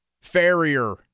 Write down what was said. Farrier